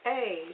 Hey